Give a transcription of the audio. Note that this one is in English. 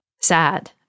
sad